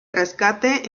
rescate